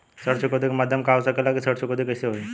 ऋण चुकौती के माध्यम का हो सकेला कि ऋण चुकौती कईसे होई?